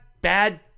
bad